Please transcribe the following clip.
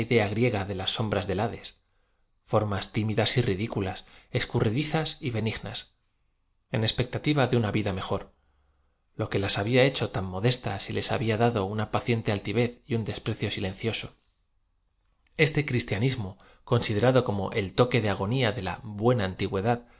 griega de las sombras del hadés form as timidas y ridiculas es curridizas y benignas en expectativa de una vid a m ejor lo que laa había hecho tan modestas y les ha bia dado una paciente a ltivez un desprecio silencio so eete criatianismo considerado como el toque de agonía de la buena antigüedad